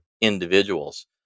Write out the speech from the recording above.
individuals